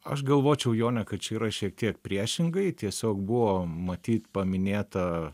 aš galvočiau jone kad čia yra šiek tiek priešingai tiesiog buvo matyt paminėta